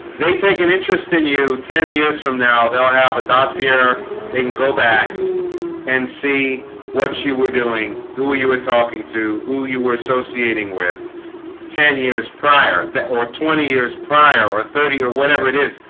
they take an interest in you ten years from now. they'll have a dossier. they can go back and see what you were doing who you were talking to who you were associating with ten years prior that or twenty years prior or thirty or whatever it is.